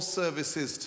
services